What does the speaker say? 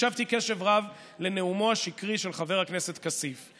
הקשבתי קשב רב לנאומו השקרי של חבר הכנסת כסיף.